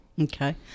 okay